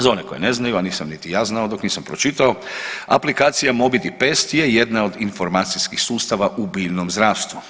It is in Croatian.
Za one koji ne znaju, a nisam niti ja znao dok nisam pročitao aplikacija MOBIDI PEST je jedna od informacijskih sustava u biljnom zdravstvu.